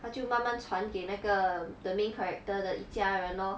他就慢慢传给那个 the main character 的一家人 lor